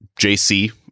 JC